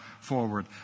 forward